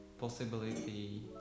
possibility